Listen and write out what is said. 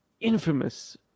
infamous